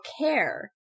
care